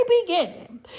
beginning